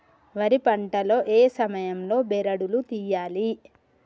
వరి పంట లో ఏ సమయం లో బెరడు లు తియ్యాలి?